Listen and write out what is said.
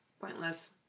Pointless